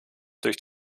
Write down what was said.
durch